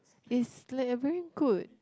it's like a very good